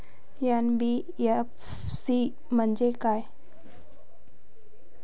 NBFC म्हणजे का होते?